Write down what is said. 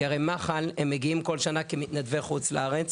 כי הרי מח"ל הם מגיעים כל שנה כמתנדבי חוץ לארץ.